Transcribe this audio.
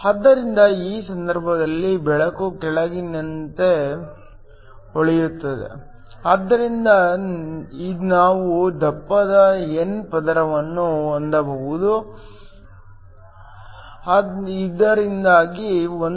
ಆದ್ದರಿಂದ ಈ ಸಂದರ್ಭದಲ್ಲಿ ಬೆಳಕು ಕೆಳಗಿನಿಂದ ಹೊಳೆಯುತ್ತದೆ ಇದರಿಂದ ನೀವು ದಪ್ಪವಾದ n ಪದರವನ್ನು ಹೊಂದಬಹುದು ಇದರಿಂದಾಗಿ 1